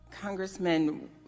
Congressman